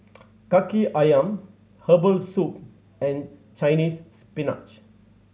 Kaki Ayam herbal soup and Chinese Spinach